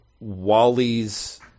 Wally's